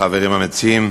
החברים המציעים,